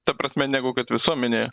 ta prasme negu kad visuomenėje